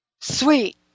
Sweet